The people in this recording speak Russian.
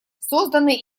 созданный